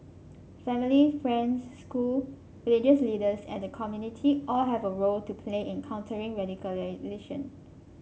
family friends school religious leaders and the community all have a role to play in countering radicalisation